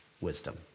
wisdom